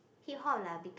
hip-hop like a bit too